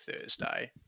thursday